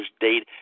date